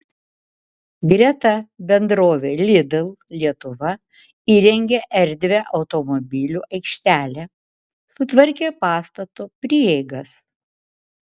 greta bendrovė lidl lietuva įrengė erdvią automobilių aikštelę sutvarkė pastato prieigas